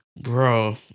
Bro